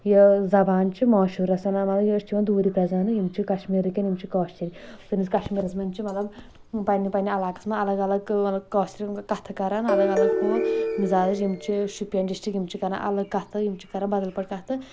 یہِ زَبان چھِ مشہوٗر آسان مطلب أسۍ چھِ یِوان دوٗری پرزناونہٕ یِم چھِ کشمیٖرٕکۍ یِم چھِ کٲشِر سٲنِس کشمیٖرَس منٛز چھِ مطلب پنٕنہِ پنٕنہِ علاقس منٛز اَلگ اَلگ مطلب کٲشِرٮ۪ن کَتھٕ کَران الگ الگ ہہُ مزاج یِم چھ شوپین ڈِسٹرک یِم چھِ کران الگ کَتھٕ یِم چھِ کران بدل پٲٹھۍ کَتھٕ